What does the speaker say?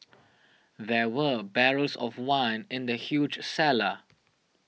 there were barrels of wine in the huge cellar